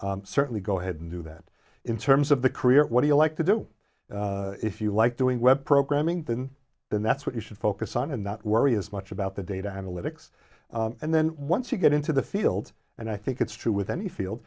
training certainly go ahead and do that in terms of the career what do you like to do if you like doing web programming thing then that's what you should focus on and not worry as much about the data analytics and then once you get into the field and i think it's true with any field